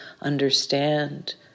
understand